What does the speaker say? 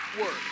work